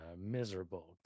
miserable